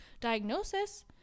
diagnosis